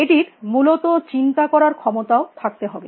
এটির মূলত চিন্তা করার ক্ষমতাও থাকতে হবে